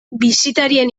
bisitarien